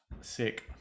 sick